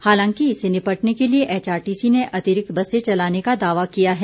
हालांकि इससे निपटने के लिये एचआरटीसी ने अतिरिक्त बसें चलाने का दावा किया है